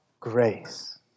grace